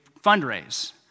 fundraise